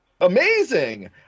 amazing